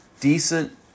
Decent